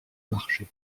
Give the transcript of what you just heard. marché